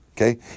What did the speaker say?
Okay